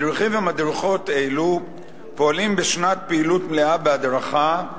מדריכים ומדריכות אלו פועלים בשנת פעילות מלאה בהדרכה,